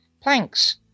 planks